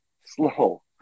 slow